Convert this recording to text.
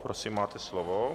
Prosím, máte slovo.